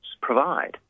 provide